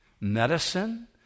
medicine